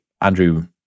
Andrew